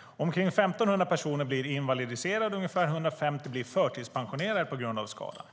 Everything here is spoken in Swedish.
Omkring 1 500 personer blir invalidiserade och ungefär 150 blir förtidspensionerade på grund av skadan.